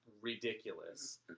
ridiculous